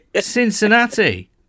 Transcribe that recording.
Cincinnati